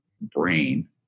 brain